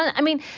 i mean,